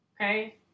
Okay